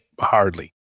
hardly